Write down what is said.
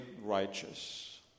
righteous